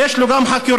כשיש לו גם חקירות,